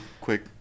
quick